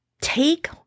take